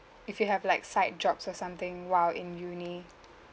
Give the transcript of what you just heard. if you have like side jobs or something while in uni